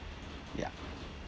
ya